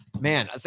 man